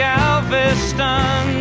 Galveston